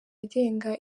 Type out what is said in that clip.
agenga